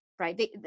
right